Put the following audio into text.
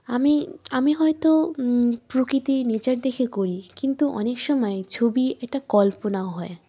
আমি আমি হয়তো প্রকৃতি নেচার দেখে করি কিন্তু অনেক সময়ে ছবি একটা কল্পনাও হয়